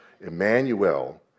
Emmanuel